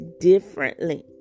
differently